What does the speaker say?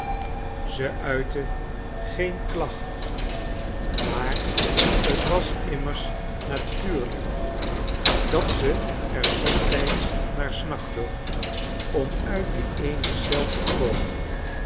ze uitte geen klacht maar t was immers natuurlijk dat ze r somtijds naar snakte om uit die eene eel te komen